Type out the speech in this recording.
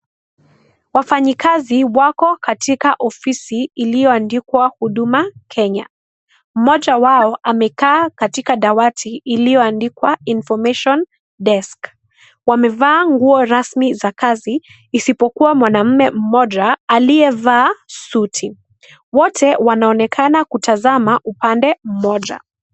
Wafanyakazi wako katika ofisi iliyoandikwa huduma Kenya. Mmoja wao amekaa katika dawati iliyoandikwa information desk . Wamevaa nguo rasmi za kazi izipokuwa mwanamume mmoja aliyevaa suti. Wote wanaonekana kutazama upande mmoja.